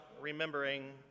remembering